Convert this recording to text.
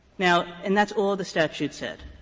now and that's all the statute said.